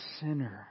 sinner